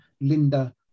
Linda